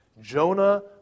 Jonah